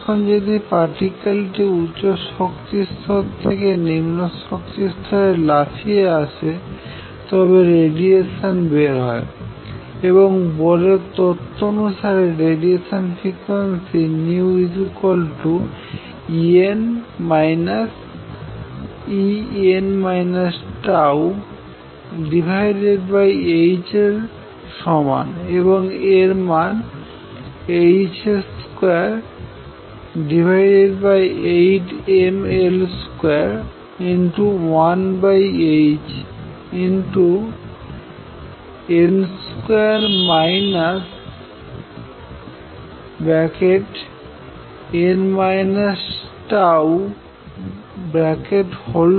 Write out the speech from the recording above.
এখন যদি পার্টিক্যাল টি উচ্চ শক্তি স্তর থেকে নিম্ন শক্তিস্তরে লাফিয়ে আসে তবে রেডিয়েশন বের হয় এবং বোরের তত্ত্ব অনুসারে রেডিয়েশনের ফ্রিকুয়েন্সি En En τh এর সমান এবং এর মান h28mL21hn2 n τ2